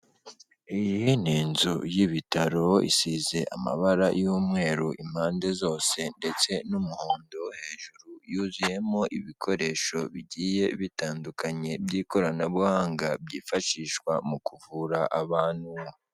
Iyi ni inzu y'ibitaro isize amabara y'umweru impande zose ndetse n'umuhondo hejuru yuzuyemo ibikoresho bigiye bitandukanye by'ikoranabuhanga, byifashishwa mu kuvura abantu.